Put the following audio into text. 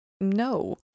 No